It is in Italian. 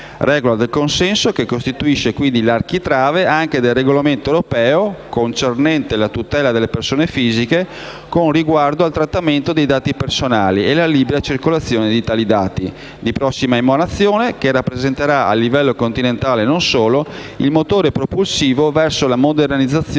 regola del consenso costituisce l'architrave anche del regolamento europeo, concernente la tutela delle persone fisiche con riguardo al trattamento dei dati personali e alla circolazione di tali dati, di prossima innovazione, che rappresenterà, a livello continentale e non solo, il motore propulsivo verso la modernizzazione